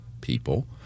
people